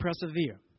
persevere